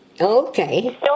Okay